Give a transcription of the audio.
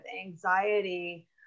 anxiety